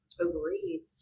agreed